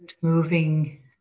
Moving